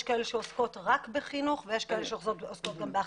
יש כאלה שעוסקות רק בחינוך ויש כאלה שעוסקות גם באחזקה.